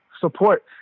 Support